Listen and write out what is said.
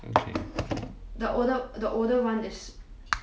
okay